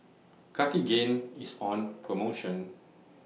Cartigain IS on promotion